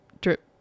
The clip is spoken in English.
drip